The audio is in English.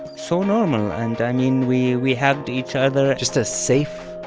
so normal. and, i mean, we we hugged each other. just a safe,